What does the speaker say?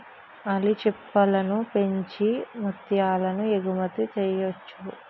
ఆల్చిప్పలను పెంచి ముత్యాలను ఎగుమతి చెయ్యొచ్చు